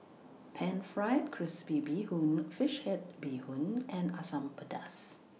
Pan Fried Crispy Bee Hoon Fish Head Bee Hoon and Asam Pedas